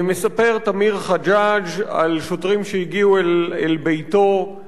מספר תמיר חג'ג' על שוטרים שהגיעו אל ביתו,